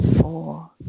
four